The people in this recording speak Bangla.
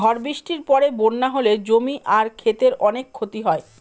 ঝড় বৃষ্টির পরে বন্যা হলে জমি আর ক্ষেতের অনেক ক্ষতি হয়